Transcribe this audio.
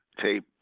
tape